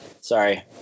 Sorry